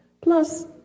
Plus